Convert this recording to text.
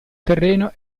terreno